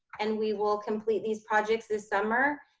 and we will complete these projects this summer.